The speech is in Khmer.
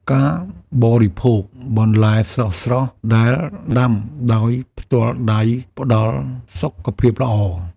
ការបរិភោគបន្លែស្រស់ៗដែលដាំដោយផ្ទាល់ដៃផ្ដល់សុខភាពល្អ។